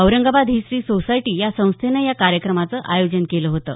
Aurangabad history society या संस्थेनं या कार्यक्रमाचं आयोजन केलं होतं